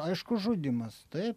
aišku žudymas tai